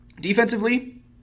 Defensively